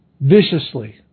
viciously